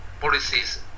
policies